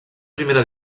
primera